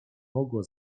mogła